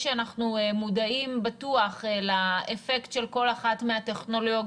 אנחנו בטח מודעים לאפקט של כל אחת מהטכנולוגיות